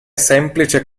semplice